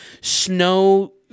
snow